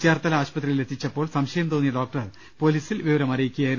ചേർത്തല ആശുപത്രിയിലെത്തിച്ചപ്പോൾ സംശയം തോന്നിയ ഡോക്ടർ പൊലീസിൽ വിവരമറിയിക്കുകയായിരുന്നു